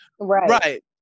right